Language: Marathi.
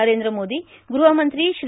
नरेंद्र मोदी गृहमंत्री श्री